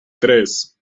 tres